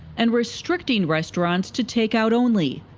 and restricting restaurants to take out only.